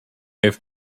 have